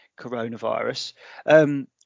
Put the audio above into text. coronavirus